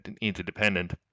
interdependent